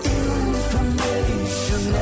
information